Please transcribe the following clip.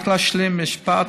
תנו לי רק להשלים משפט,